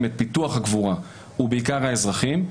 את פיתוח הקבורה הוא בעיקר האזרחים,